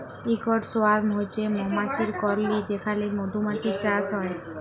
ইকট সোয়ার্ম হছে মমাছির কললি যেখালে মধুমাছির চাষ হ্যয়